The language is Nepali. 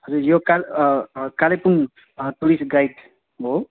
हजुर यो काल कालेबुङ टुरिस्ट गाइड हो